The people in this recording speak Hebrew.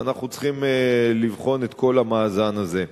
ואנחנו צריכים לבחון את כל המאזן הזה.